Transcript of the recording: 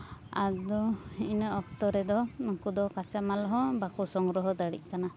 ᱟᱫᱚ ᱤᱱᱟᱹ ᱚᱠᱛᱚ ᱨᱮᱫᱚ ᱱᱩᱠᱩ ᱫᱚ ᱠᱟᱸᱪᱟ ᱢᱟᱞ ᱦᱚᱸ ᱵᱟᱠᱚ ᱥᱚᱝᱜᱨᱚᱦᱚ ᱫᱟᱲᱮᱜ ᱠᱟᱱᱟ